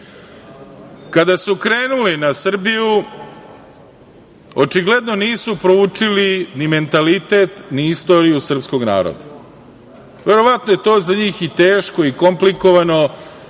su krenuli na Srbiju očigledno nisu proučili ni mentalitet, ni istoriju srpskog naroda. Verovatno je to za njih i teško i komplikovano,